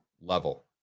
level